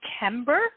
September